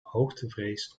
hoogtevrees